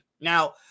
Now